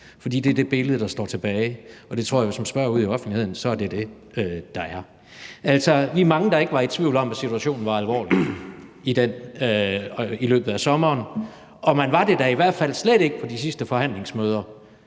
Det er det billede, der står tilbage. Jeg tror, at hvis man spørger ude i offentligheden, er det det, der er. Altså, vi er mange, der ikke var i tvivl om, at situationen var alvorlig i løbet af sommeren. Og man var det da i hvert fald slet ikke på de sidste forhandlingsmøder.